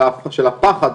של הפחד,